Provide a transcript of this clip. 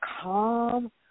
calm